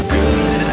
good